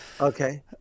okay